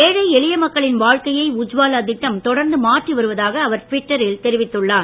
ஏழை எளிய மக்களின் வாழ்க்கையை உஜ்வாலா திட்டம் தொடர்ந்து மாற்றி வருவதாக அவர் ட்விட்டரில் தெரிவித்துள்ளார்